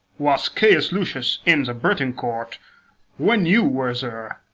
was caius lucius in the britain court when you were there?